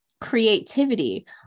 creativity